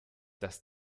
das